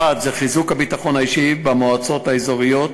1. חיזוק הביטחון האישי במועצות האזוריות